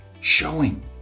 showing